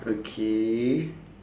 okay